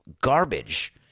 garbage